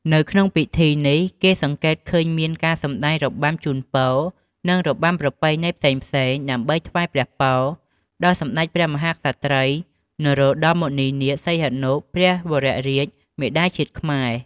នៅក្នុងពិធីនេះគេសង្កេតឃើញមានការសម្តែងរបាំជូនពរនិងរបាំប្រពៃណីផ្សេងៗដើម្បីថ្វាយព្រះពរដល់សម្តេចព្រះមហាក្សត្រី នរោត្តម មុនិនាថ សីហនុ ព្រះវររាជមាតាជាតិខ្មែរ។